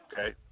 okay